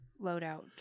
loadout